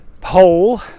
pole